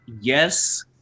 Yes